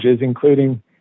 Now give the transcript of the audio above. including